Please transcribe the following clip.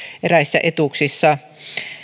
eräissä etuuksissa